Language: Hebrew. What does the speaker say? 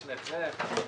בהצלחה.